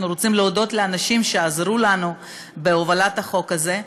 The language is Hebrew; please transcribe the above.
רוצים להודות לאנשים שעזרו לנו בהובלת החוק הזה,